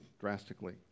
drastically